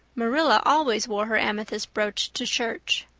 marilla always wore her amethyst brooch to church.